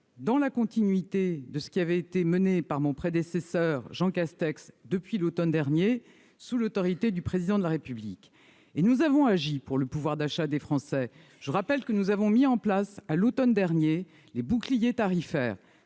dans la continuité de ce qui avait été fait par mon prédécesseur Jean Castex depuis l'automne dernier, sous l'autorité du Président de la République. Nous avons agi pour le pouvoir d'achat des Français. Je rappelle que nous avons mis en place à l'automne dernier un bouclier tarifaire